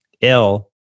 ill